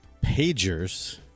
pagers